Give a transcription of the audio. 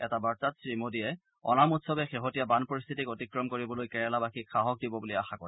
এটা বাৰ্তাত শ্ৰী মোদীয়ে অ'নাম উৎসৱে শেহতীয়া বান পৰিস্থিতিক অতিক্ৰম কৰিবলৈ কেৰালাবাসীক সাহস দিব বুলি আশা কৰে